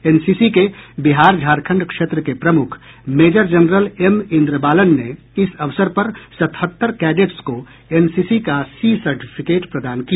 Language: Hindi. एनसीसी के बिहार झारखंड क्षेत्र के प्रमुख मेजर जनरल एम इंद्रबालन ने इस अवसर पर सतहत्तर कैडेट्स को एनसीसी का सी सर्टिफिकेट प्रदान किया